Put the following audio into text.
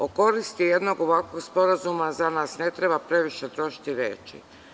O koristi jednog ovakvog sporazuma za nas ne treba previše trošiti reči.